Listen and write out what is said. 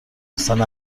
اصن